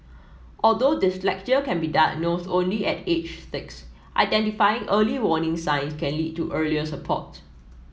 although dyslexia can be diagnosed only at age six identifying early warning signs can lead to earlier support